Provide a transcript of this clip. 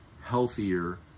healthier